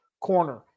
corner